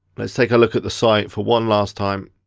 let's take a look at the site for one last time.